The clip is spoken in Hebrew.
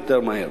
יותר מהר.